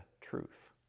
truth